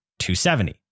270